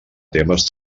temes